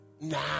now